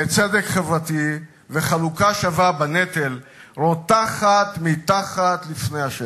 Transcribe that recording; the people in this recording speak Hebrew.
לצדק חברתי ולחלוקה שווה בנטל רותחת מתחת לפני השטח.